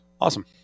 Awesome